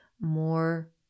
more